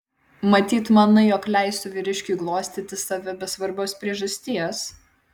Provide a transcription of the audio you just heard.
matyt manai jog leisiu vyriškiui glostyti save be svarbios priežasties